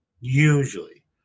Usually